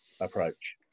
approach